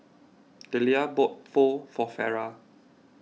Dellia bought Pho for Farrah